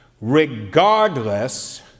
regardless